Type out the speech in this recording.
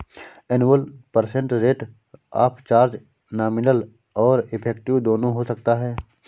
annual percent rate of charge nominal और effective दोनों हो सकता है